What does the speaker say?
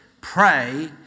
pray